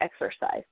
exercise